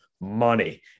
money